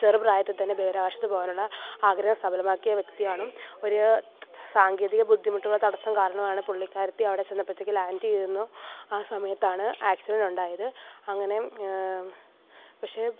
ചെറുപ്രായത്തിൽ തന്നെ ബഹിരാകാശത്ത് പോകാനുള്ള ആഗ്രഹം സഫലമാക്കിയ വ്യക്തിയാണ് ഒരു സാങ്കേതിക ബുദ്ധിമുട്ടുള്ള തടസ്സം കാരണം ആണ് പുള്ളിക്കാരി അവിടെ ചെന്നപ്പോഴത്തേക്കും ലാൻഡ് ചെയ്യുന്നു ആ സമയത്താണ് ആക്സിഡൻറ് ഉണ്ടായത് അങ്ങനെ പക്ഷേ